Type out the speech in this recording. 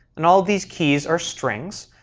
and all these keys are strings.